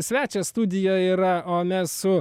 svečias studijoj yra o mes su